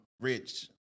Rich